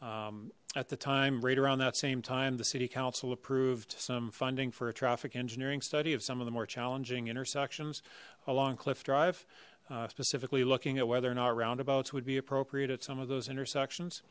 um at the time right around that same time the city council approved some funding for a traffic engineering study of some of the more challenging intersections along cliff drive specifically looking at whether or not roundabouts would be appropriate at some of those